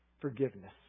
Forgiveness